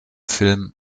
film